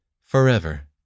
Forever